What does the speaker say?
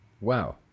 Wow